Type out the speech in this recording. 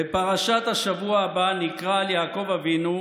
בפרשת השבוע הבא נקרא על יעקב אבינו,